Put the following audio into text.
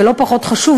ולא פחות חשוב,